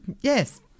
yes